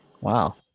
Wow